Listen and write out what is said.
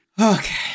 Okay